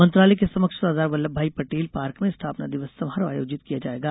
मंत्रालय के समक्ष सरदार वल्लभ भाई पटेल पार्क में स्थापना दिवस समारोह आयोजित किया जाएगा